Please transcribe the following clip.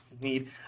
need